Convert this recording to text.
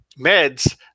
meds